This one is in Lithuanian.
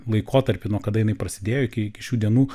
laikotarpį nuo kada jinai prasidėjo iki iki šių dienų